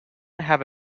have